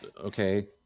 okay